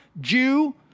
Jew